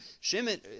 Shimon